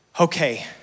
okay